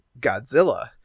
Godzilla